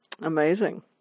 Amazing